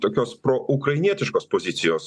tokios proukrainietiškos pozicijos